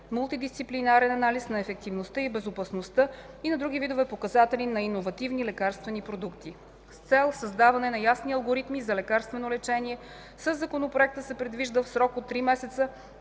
мултидисциплинарен анализ на ефективността и безопасността, и на други видове показатели на иновативни лекарствени продукти. С цел създаване на ясни алгоритми за лекарствено лечение, със Законопроекта се предвижда в срок от три месеца